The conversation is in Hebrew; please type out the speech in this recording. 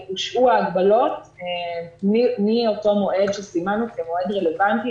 הושהו ההגבלות מאותו מועד שסימנו כמועד רלבנטי